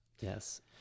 Yes